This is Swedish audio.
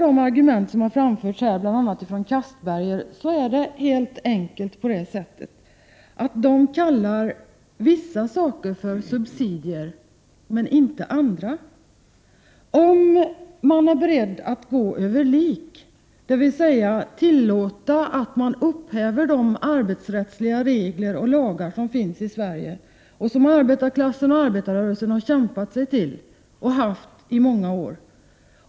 De argument som framförts här, bl.a. från Anders Castberger, visar att man helt enkelt kallar vissa saker men inte andra för subsidier. Vi har arbetsrättsliga regler och lagar i Sverige som arbetarklassen och arbetarrörelsen har kämpat sig till och verkat för i många år.